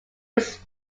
was